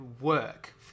work